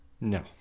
no